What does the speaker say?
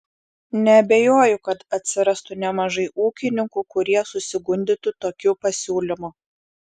neabejoju kad atsirastų nemažai ūkininkų kurie susigundytų tokiu pasiūlymu